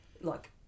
Look